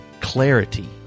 clarity